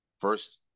First